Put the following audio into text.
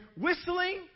whistling